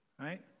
right